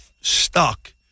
stuck